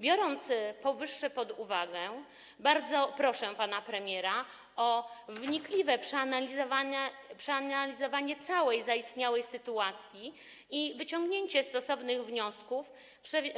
Biorąc powyższe pod uwagę, bardzo proszę pana premiera o wnikliwe przeanalizowanie całej zaistniałej sytuacji i wyciągnięcie stosownych wniosków,